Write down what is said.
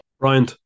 Brian